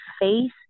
face